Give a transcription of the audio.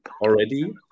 already